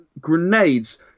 grenades